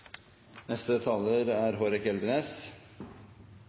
neste budsjett. Men det er